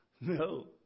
No